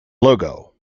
logo